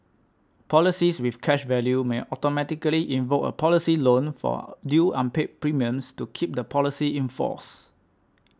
policies with cash value may automatically invoke a policy loan for due unpaid premiums to keep the policy in force